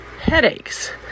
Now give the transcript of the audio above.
headaches